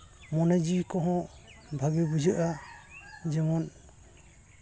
ᱢᱚᱱᱮ ᱡᱤᱣᱤ ᱠᱚᱦᱚᱸ ᱵᱷᱟᱹᱜᱤ ᱵᱩᱡᱷᱟᱹᱜᱼᱟ ᱡᱮᱢᱚᱱ